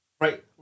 Right